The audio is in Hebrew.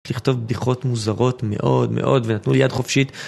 לכתוב בדיחות מוזרות מאוד מאוד ונתנו יד חופשית.